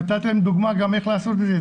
נתתי להם דוגמה גם איך לעשות את זה,